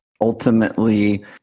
ultimately